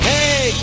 Hey